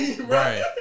right